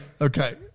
Okay